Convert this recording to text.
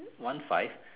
one five